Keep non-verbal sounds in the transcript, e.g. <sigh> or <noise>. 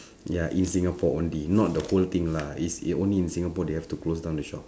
<breath> ya in singapore only not the whole thing lah is here only in singapore they have to close down the shop